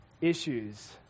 issues